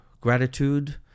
gratitude